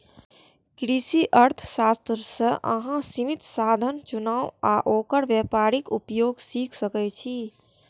कृषि अर्थशास्त्र सं अहां सीमित साधनक चुनाव आ ओकर व्यावहारिक उपयोग सीख सकै छी